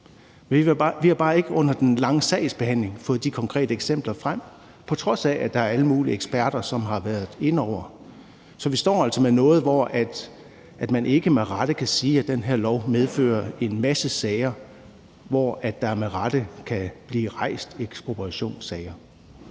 Vi har bare ikke under den lange sagsbehandling fået de konkrete eksempler frem, på trods af at der er alle mulige eksperter, som har været indeover. Så vi står altså med noget, hvor man ikke med rette kan sige, at det her lovforslag medfører en masse sager, hvor der med rette kan blive rejst ekspropriationssager,